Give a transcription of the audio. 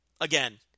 again